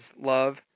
love